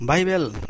Bible